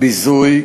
ביזוי,